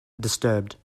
disturbed